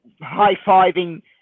high-fiving